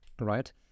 right